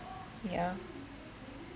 yeah